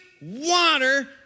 water